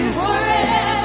forever